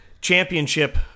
Championship